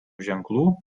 ženklų